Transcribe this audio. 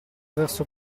verso